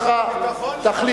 נוגע להצבעה שלך, תחליט.